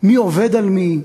מי עובד על מי,